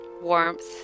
warmth